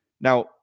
Now